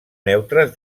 neutres